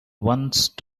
once